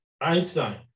Einstein